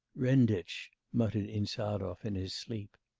renditch! muttered insarov in his sleep.